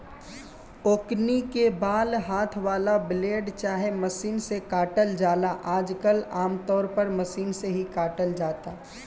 ओकनी के बाल हाथ वाला ब्लेड चाहे मशीन से काटल जाला आजकल आमतौर पर मशीन से ही काटल जाता